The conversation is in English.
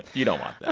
you don't want